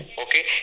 okay